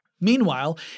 Meanwhile